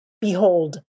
Behold